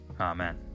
Amen